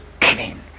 clean